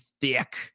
thick